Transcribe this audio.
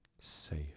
safe